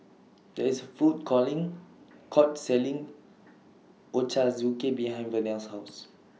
There IS A Food calling Court Selling Ochazuke behind Vernell's House